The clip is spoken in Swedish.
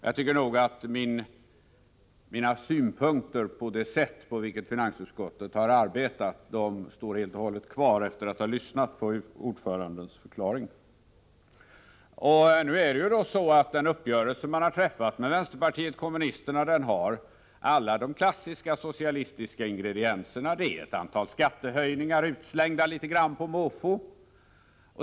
Jag tycker nog att mina synpunkter på det sätt på vilket finansutskottet har arbetat helt och hållet står kvar efter det att jag har lyssnat på ordförandens förklaring. Den uppgörelse som nu träffats med vänsterpartiet kommunisterna har alla de klassiska socialistiska ingredienserna; det är ett antal skattehöjningar, utslängda litet på måfå.